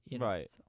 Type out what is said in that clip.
Right